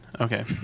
okay